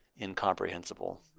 incomprehensible